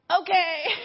okay